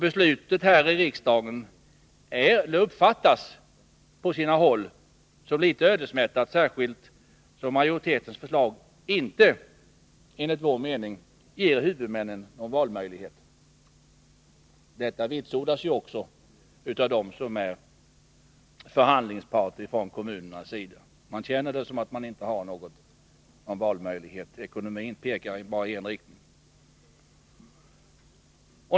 Beslutet här i riksdagen uppfattas på sina håll som litet ödesmättat, särskilt som majoritetens förslag inte enligt vår mening ger huvudmännen någon valmöjlighet. Detta vitsordas också av dem som är förhandlingspart från kommunernas sida. Man känner det som om man inte har någon valmöjlighet. Ekonomin pekar bara i en riktning.